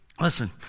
Listen